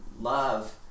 love